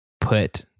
put